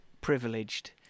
privileged